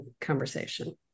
conversation